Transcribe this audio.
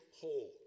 whole